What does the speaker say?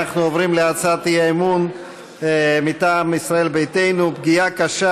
אנחנו עוברים להצעת אי-אמון מטעם ישראל ביתנו: פגיעה קשה